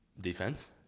Defense